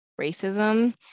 racism